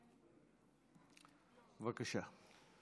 בבקשה.